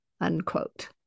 unquote